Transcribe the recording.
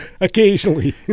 Occasionally